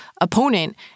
opponent